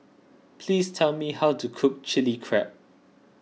please tell me how to cook Chilli Crab